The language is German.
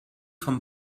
von